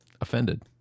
offended